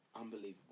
Unbelievable